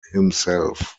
himself